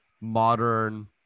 modern